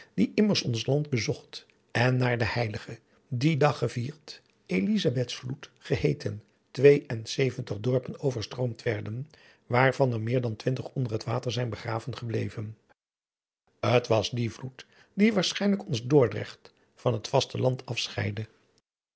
die immer ons land bezocht en naar de heilige dien dag gevierd elizabethsvloed geheeten twee enzeventig dorpen overstroomd werden waarvan er meer dan twintig onder het water zijn begraven gebleven t was die vloed die waarschijnlijk ons dordrecht van het vaste